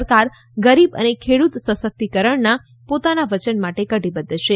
સરકાર ગરીબ અને ખેડૂત સશક્તિકરણના પોતાના વચન માટે કટિબદ્ધ છે